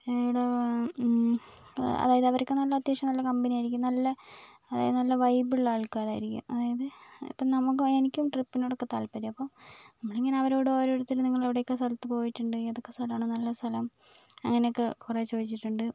ഇവിടെ അതായത് അവരൊക്കെ നല്ല അത്യാവശ്യം നല്ല കമ്പനി ആയിരിക്കും നല്ല അതായത് നല്ല വൈബ് ഉള്ള ആൾക്കാരായിരിക്കും അതായത് ഇപ്പോൾ നമുക്ക് എനിക്കും ട്രിപ്പിനോടൊക്കെ താൽപര്യം ആണ് അപ്പോൾ നമ്മൾ ഇങ്ങനെ അവരോട് ഓരോരുത്തർ നിങ്ങൾ എവിടെയൊക്കെ സ്ഥലത്ത് പോയിട്ടുണ്ട് ഏതൊക്കെ സ്ഥലമാണ് നല്ല സ്ഥലം അങ്ങനെയൊക്കെ കുറേ ചോദിച്ചിട്ടുണ്ട്